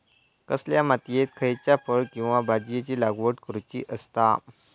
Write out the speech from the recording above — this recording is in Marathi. कसल्या मातीयेत खयच्या फळ किंवा भाजीयेंची लागवड करुची असता?